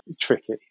tricky